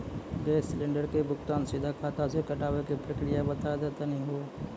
Gas cylinder के भुगतान सीधा खाता से कटावे के प्रक्रिया बता दा तनी हो?